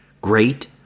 great